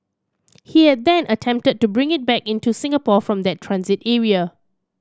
he had then attempted to bring it back in to Singapore from the transit area